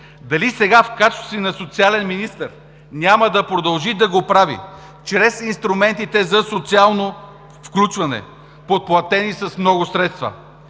Дали сега, в качеството си на социален министър, няма да продължи да го прави чрез инструментите за социално включване, подплатени с много средства?!